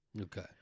Okay